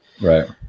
Right